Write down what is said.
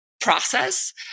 process